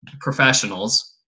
professionals